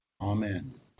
Amen